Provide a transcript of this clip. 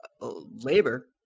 labor